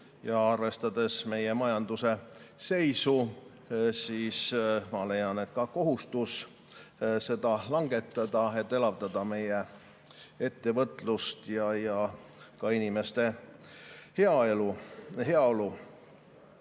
– arvestades meie majanduse seisu, ma leian, et ka kohustus – seda langetada, et elavdada meie ettevõtlust ja [parandada] inimeste heaolu.